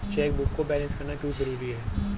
Chequebook को balance करना क्यों जरूरी है?